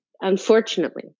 unfortunately